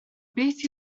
beth